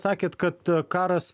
sakėt kad karas